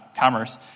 Commerce